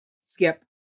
skip